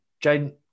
Jane